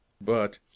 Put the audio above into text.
But—